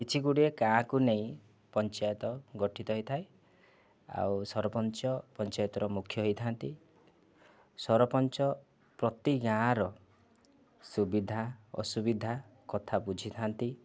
କିଛି ଗୁଡ଼ିଏ ଗାଁକୁ ନେଇ ପଞ୍ଚାୟତ ଗଠିତ ହୋଇଥାଏ ଆଉ ସରପଞ୍ଚ ପଞ୍ଚାୟତର ମୁଖ୍ୟ ହୋଇଥାନ୍ତି ସରପଞ୍ଚ ପ୍ରତି ଗାଁର ସୁବିଧା ଅସୁବିଧା କଥା ବୁଝିଥାନ୍ତି